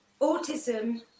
autism